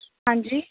ਹਾਂਜੀ